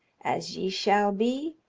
as ye shall be,